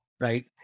right